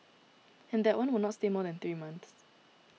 and that one will not stay more than three months